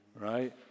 right